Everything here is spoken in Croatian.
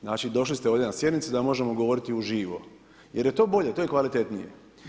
Znači došli ste ovdje na sjednicu da možemo govoriti uživo jer je to bolje, to je kvalitetnije.